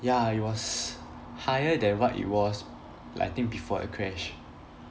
ya it was higher than what it was like I think before the crash